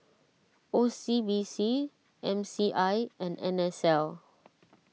O C B C M C I and N S L